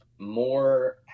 more